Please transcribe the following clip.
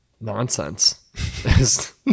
nonsense